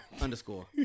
Underscore